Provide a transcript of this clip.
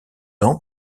ans